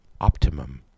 optimum